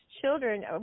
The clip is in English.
children